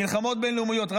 מלחמות בין-לאומיות,